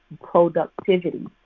productivity